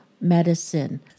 medicine